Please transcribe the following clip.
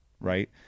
right